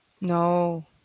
No